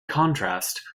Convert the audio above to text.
contrast